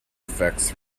effects